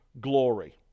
glory